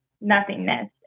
nothingness